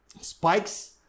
spikes